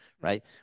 right